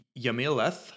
Yamileth